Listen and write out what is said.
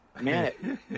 man